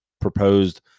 proposed